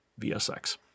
VSX